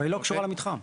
היא לא קשורה למתחם.